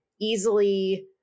easily